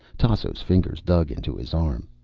tasso's fingers dug into his arm.